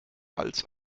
als